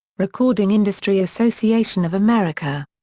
recording industry association of america.